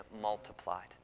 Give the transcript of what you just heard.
multiplied